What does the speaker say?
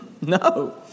No